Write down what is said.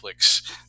netflix